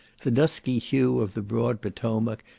the dusky hue of the broad potomac,